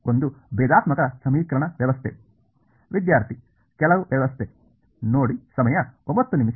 ಒಂದು ಭೇದಾತ್ಮಕ ಸಮೀಕರಣ ವ್ಯವಸ್ಥೆ ವಿದ್ಯಾರ್ಥಿ ಕೆಲವು ವ್ಯವಸ್ಥೆ ನೋಡಿ ಸಮಯ 0908